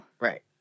Right